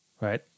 right